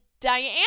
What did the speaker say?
Diana